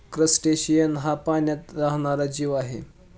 crustacean हा पाण्यात राहणारा जीव आहे